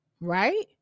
right